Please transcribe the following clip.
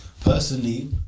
personally